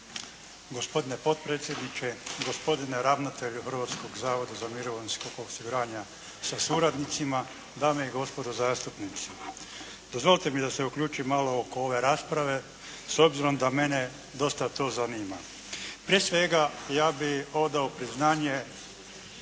Gospodine potpredsjedniče, gospodine ravnatelju Hrvatskog zavoda za mirovinsko osiguranje sa suradnicima, dame i gospodo zastupnici. Dozvolite mi da se uključim malo oko ove rasprave s obzirom da mene dosta to zanima. Prije svega ja bih odao priznanje